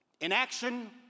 Inaction